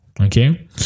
Okay